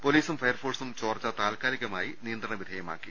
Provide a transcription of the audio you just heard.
പൊലീസും ഫയർഫോഴ്സും ചോർച്ച താൽക്കാലികമായി നിയന്ത്രണവിധേയമാക്കി